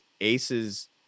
Ace's